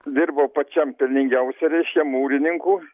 dirbau pačiam pelningiausia reiškia mūrininku